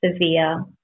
severe